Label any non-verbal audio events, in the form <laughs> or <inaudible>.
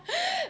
<laughs>